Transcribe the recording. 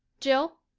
jill,